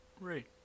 Right